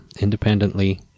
independently